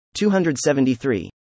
273